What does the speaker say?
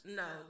no